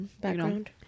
Background